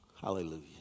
Hallelujah